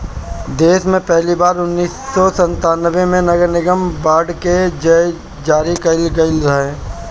देस में पहिली बार उन्नीस सौ संतान्बे में नगरनिगम बांड के जारी कईल गईल रहे